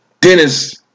Dennis